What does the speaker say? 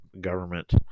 government